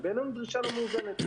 בעינינו זו דרישה לא מאוזנת,